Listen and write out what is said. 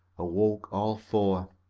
awoke all four.